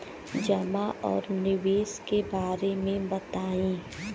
जमा और निवेश के बारे मे बतायी?